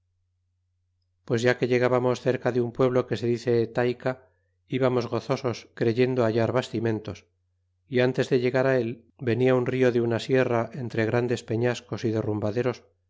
pues ya que llegábamos cerca de un pueblo que se dice taica íbamos go zosos creyendo bailar bastimentos y ntes de llegar á él venia un rio de una sierra entre grandes peñascos y derrumbaderos